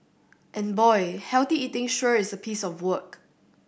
and boy healthy eating sure is a piece of work